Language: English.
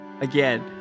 Again